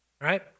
Right